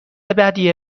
بدیه